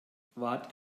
wart